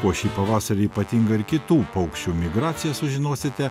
o šį pavasarį ypatingą ir kitų paukščių migraciją sužinosite